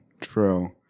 True